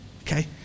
Okay